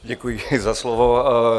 Děkuji za slovo.